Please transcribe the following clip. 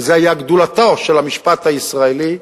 וזאת היתה גדולתו של המשפט הישראלי,